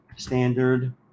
Standard